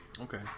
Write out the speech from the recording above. okay